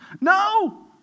No